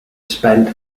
spent